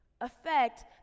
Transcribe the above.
affect